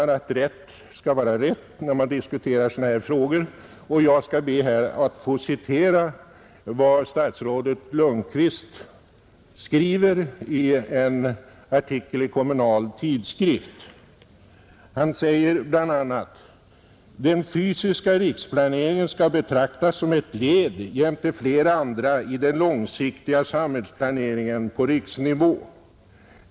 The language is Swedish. Rätt skall vara rätt när man diskuterar sådana här frågor, och jag skall be att få citera en del av vad statsrådet Lundkvist skriver i en artikel i Kommunal tidskrift: ”Den fysiska riksplaneringen skall betraktas som ett led — jämte flera andra — i den långsiktiga samhällsplaneringen på riksnivå.